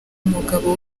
umugabo